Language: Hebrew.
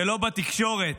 ולא בתקשורת.